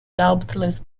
doubtless